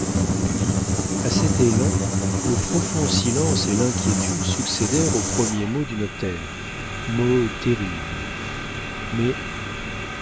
puis à cet élan le profond silence et l'inquiétude succédèrent au premier mot du notaire mot terrible mais